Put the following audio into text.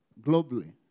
Globally